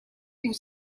your